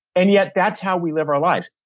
and yet, that's how we live our lives.